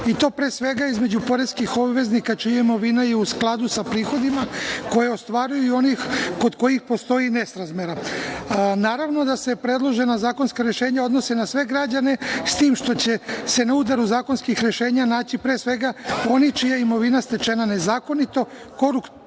i to pre svega između poreskih obveznika čija imovina je u skladu sa prihodima koje ostvaruju i onih kod kojih postoji nesrazmera. Naravno da se predložena zakonska rešenja odnose na sve građane, s tim što će se na udaru zakonskih rešenja naći pre svega oni čija je imovina stečena nezakonito, koruptivnim